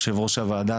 יושב ראש הוועדה,